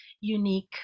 unique